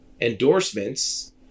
endorsements